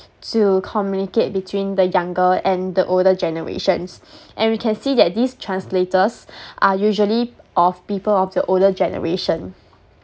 to communicate between the younger and the older generations and we can see that these translators are usually of people of the older generation